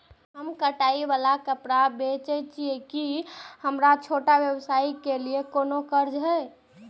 हम कढ़ाई वाला कपड़ा बेचय छिये, की हमर छोटा व्यवसाय के लिये कोनो कर्जा है?